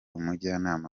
umujyanama